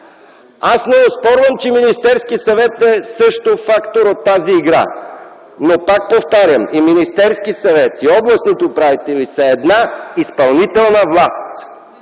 Аз не оспорвам, че Министерският съвет също е фактор от тази игра. Но пак повтарям: и Министерският съвет, и областните управители са изпълнителна власт.